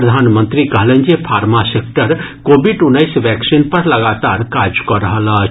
प्रधानमंत्री कहलनि जे फार्मा सेक्टर कोविड उन्नैस वैक्सीन पर लगातार काज कऽ रहल अछि